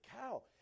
cow